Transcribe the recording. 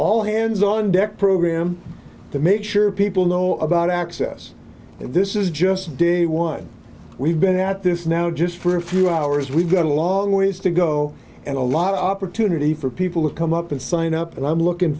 all hands on deck program to make sure people know about access this is just did a wide we've been at this now just for a few hours we've got a long ways to go and a lot of opportunity for people to come up and sign up and i'm looking